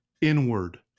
inward